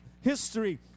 history